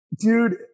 dude